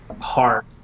hard